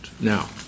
Now